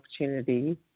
opportunity